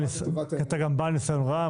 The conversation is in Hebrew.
אתה גם בעל ניסיון רב,